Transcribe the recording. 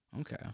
Okay